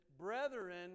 brethren